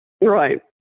Right